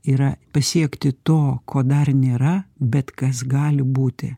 yra pasiekti to ko dar nėra bet kas gali būti